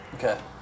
Okay